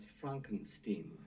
Frankenstein